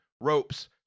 ropes